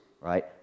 right